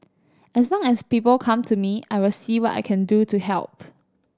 as long as people come to me I will see what I can do to help